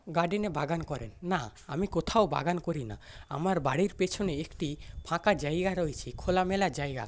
গার্ডেনে বাগান করেন না আমি কোথাও বাগান করি না আমার বাড়ির পেছনে একটি ফাঁকা জায়গা রয়েছে খোলামেলা জায়গা